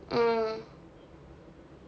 mm